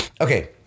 Okay